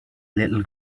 little